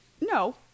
No